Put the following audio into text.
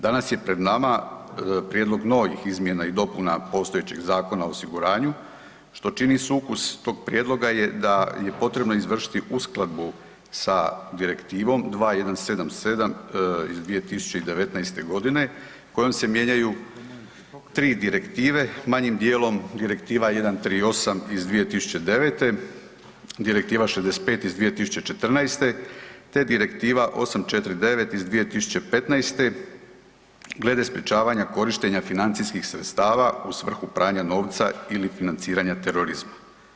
Danas je pred nama prijedlog novih izmjena i dopuna postojećih zakona o osiguranju što čini sukus tog prijedloga je da je potrebno izvršiti uskladbu sa Direktivom 2177 iz 2019. godine kojom se mijenjaju 3 direktive, manjim dijelom Direktiva 138 iz 2009., Direktiva 65 iz 2014. te Direktiva 849 iz 2015. glede sprječavanja korištenja financijskih sredstava u svrhu pranja novca ili financiranja terorizma.